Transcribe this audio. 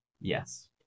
Yes